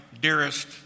dearest